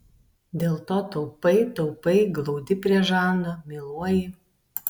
dėl to taupai taupai glaudi prie žando myluoji